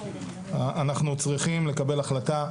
אנחנו צריכים לקבל החלטה,